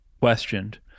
questioned